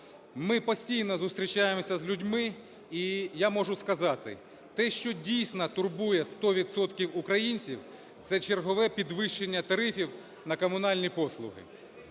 Ми постійно зустрічаємося з людьми, і я можу сказати, те, що, дійсно, турбує сто відсотків українців, це чергове підвищення тарифів на комунальні послуги.